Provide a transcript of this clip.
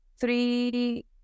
three